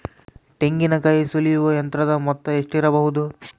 ತೆಂಗಿನಕಾಯಿ ಸುಲಿಯುವ ಯಂತ್ರದ ಮೊತ್ತ ಎಷ್ಟಿರಬಹುದು?